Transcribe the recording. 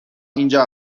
اینجا